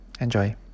Enjoy